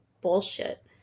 bullshit